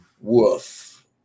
woof